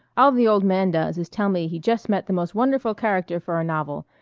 all the old man does is tell me he just met the most wonderful character for a novel.